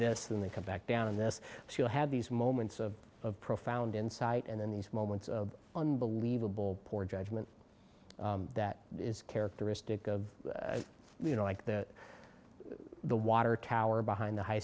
this then they come back down in this so you have these moments of profound insight and then these moments of unbelievable poor judgment that is characteristic of you know like the the water tower behind the high